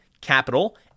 Capital